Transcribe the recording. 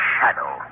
Shadow